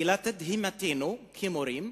ולתדהמתנו כמורים,